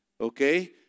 Okay